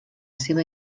seva